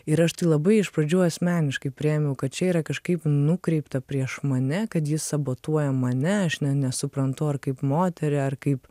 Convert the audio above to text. ir aš tai labai iš pradžių asmeniškai priėmiau kad čia yra kažkaip nukreipta prieš mane kad jis sabotuoja mane aš nesuprantu ar kaip moterį ar kaip